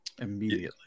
Immediately